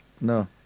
no